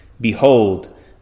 Behold